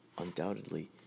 undoubtedly